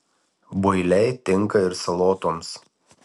builiai tinka ir salotoms